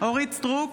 אורית מלכה סטרוק,